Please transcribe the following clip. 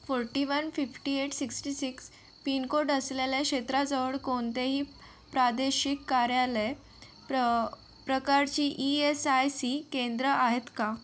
forty one fifty eight sixty six pincode असलेल्या क्षेत्राजवळ कोणतेही प्रादेशिक कार्यालय प्र प्रकारची ईएसआयसी केंद्रं आहेत का